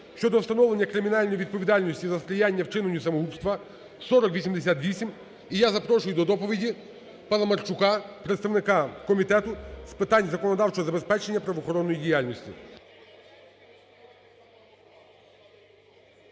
щодо встановлення кримінальної відповідальності за сприяння вчиненню самогубства (4088). І я запрошую до доповіді Паламарчука, представника Комітету з питань законодавчого забезпечення правоохоронної діяльності.